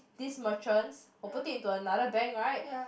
this merchants will put it into another bank right